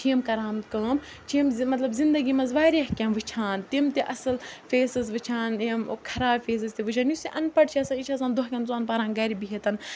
چھِ یِم کَران کٲم چھِ یِم زِ مطلب زِندگی منٛز واریاہ کیںٛہہ وٕچھان تِم تہِ اَصٕل فیسٕز وٕچھان یِمو خراب فیزٕز تہِ وٕچھان یُس یہِ اَن پَڑھ چھِ آسان یہِ چھِ آسان دۄہ کٮ۪ن ژۄن پہرَن گَرِ بِہِتھ